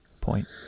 point